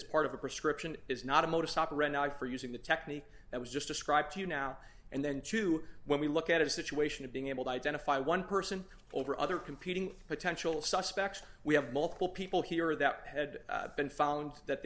as part of a prescription is not a modus operandi for using the technique that was just described to you now and then to when we look at a situation of being able to identify one person over other competing potential suspects we have multiple people here that had been found that